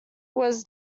was